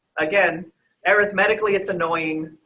again arithmetic lee. it's annoying.